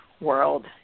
world